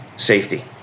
Safety